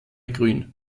grün